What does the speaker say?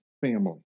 family